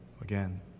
again